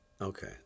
Okay